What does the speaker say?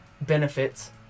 benefits